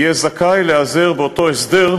יהיה זכאי להיעזר באותו הסדר,